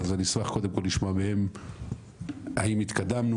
אז אשמח קודם כל לשמוע מהם האם התקדמנו,